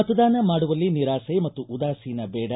ಮತದಾನ ಮಾಡುವಲ್ಲಿ ನಿರಾಸೆ ಮತ್ತು ಉದಾಸೀನ ಬೇಡ